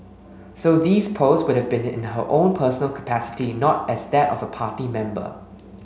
so these posts would've been in her own personal capacity not as that of a party member